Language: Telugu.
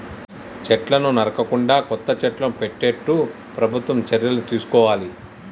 చెట్లను నరకకుండా కొత్త చెట్లను పెట్టేట్టు ప్రభుత్వం చర్యలు తీసుకోవాలి